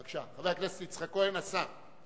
בבקשה, חבר הכנסת יצחק כהן, השר.